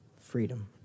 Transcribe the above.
freedom